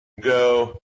go